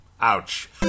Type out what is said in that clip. Ouch